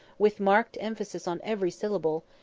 with marked emphasis on every syllable,